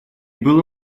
было